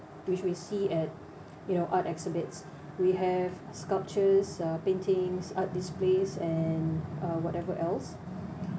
which we see at you know art exhibits we have sculptures uh paintings art displays and uh whatever else